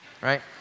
right